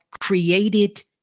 created